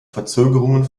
verzögerungen